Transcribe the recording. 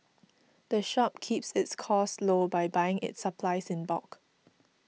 the shop keeps its costs low by buying its supplies in bulk